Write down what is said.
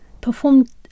performed